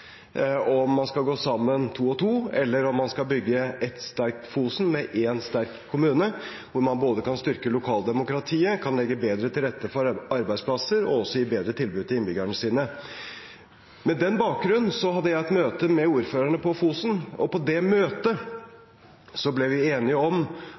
om man skal gå sammen to og to eller om man skal bygge ett sterkt Fosen med én sterk kommune, hvor man både kan styrke lokaldemokratiet, kan legge bedre til rette for arbeidsplasser og også gi bedre tilbud til innbyggerne sine. Med den bakgrunn hadde jeg et møte med ordførerne på Fosen, og på det møtet ble vi enige om